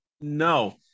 no